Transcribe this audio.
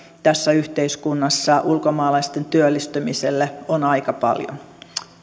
tässä yhteiskunnassa ulkomaalaisten työllistymiselle on aika paljon